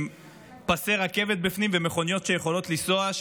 עם פסי רכבת בפנים ומכוניות של חמאס שיכולות לנסוע,